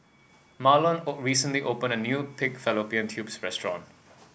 Mahlon O recently opened a new Pig Fallopian Tubes restaurant